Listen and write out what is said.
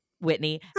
Whitney